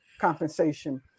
compensation